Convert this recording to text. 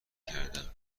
کردم